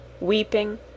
weeping